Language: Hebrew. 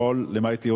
למעט יהודים,